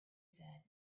said